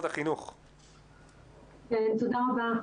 תודה רבה.